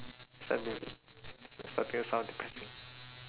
starting to s~ starting to sound depressing